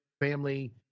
family